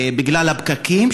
בגלל הפקקים,